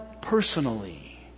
personally